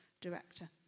director